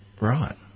Right